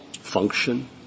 function